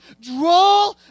draw